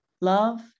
love